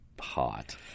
hot